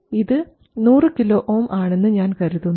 ഇത് 100 KΩ ആണെന്ന് ഞാൻ കരുതുന്നു